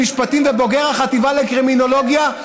שני תארים במשפטים ובוגר החטיבה לקרימינולוגיה,